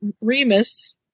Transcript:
Remus